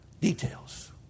Details